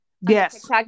yes